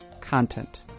content